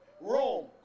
Rome